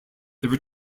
were